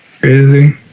crazy